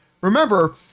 remember